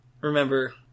Remember